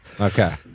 okay